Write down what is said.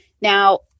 Now